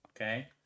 okay